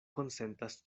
konsentas